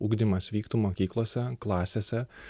ugdymas vyktų mokyklose klasėse